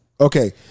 Okay